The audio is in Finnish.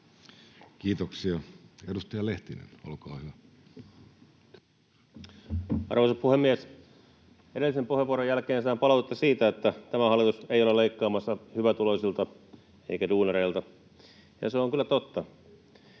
tulevaisuudesta Time: 17:37 Content: Arvoisa puhemies! Edellisen puheenvuoron jälkeen sain palautetta siitä, että tämä hallitus ei ole leikkaamassa hyvätuloisilta eikä duunareilta, ja se on kyllä totta.